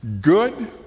good